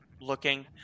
looking